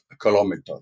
kilometers